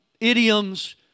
idioms